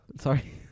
Sorry